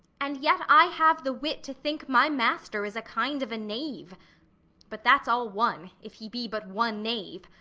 and yet i have the wit to think my master is a kind of a knave but that's all one if he be but one knave.